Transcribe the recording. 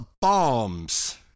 bombs